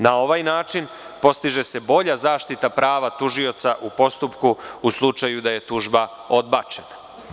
Na ovaj način postiže se bolja zaštita prava tužioca u postupku u slučaju da je tužba odbačena.